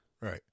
Right